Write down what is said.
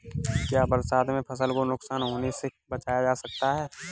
क्या बरसात में फसल को नुकसान होने से बचाया जा सकता है?